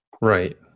Right